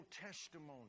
testimony